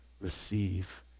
receive